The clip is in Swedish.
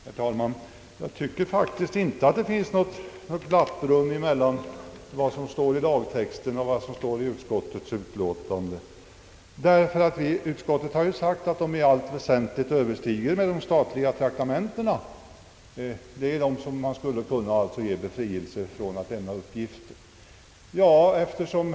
Herr talman! Jag tycker faktiskt inte det finns något glapprum mellan vad som står i lagtexten och vad som står i utskottets betänkande. Utskottet har ju framhållit att när de privata traktamentsförmånerna i allt väsentligt överensstämmer med de statliga, skulle man beträffande de privata traktamentena kunna ge befrielse från skyldigheten att lämna uppgift.